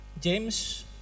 james